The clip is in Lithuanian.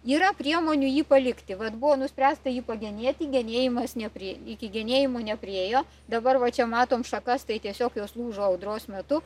yra priemonių jį palikti vat buvo nuspręsta jį pagenėti genėjimas ne prie iki genėjimo nepriėjo dabar va čia matom šakas tai tiesiog jos lūžo audros metu